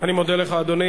אני מודה לך, אדוני.